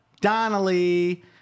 Donnelly